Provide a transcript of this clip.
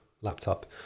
laptop